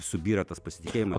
subyra tas pasitikėjimas